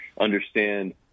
understand